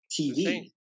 TV